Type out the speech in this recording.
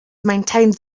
maintained